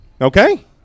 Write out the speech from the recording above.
Okay